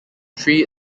three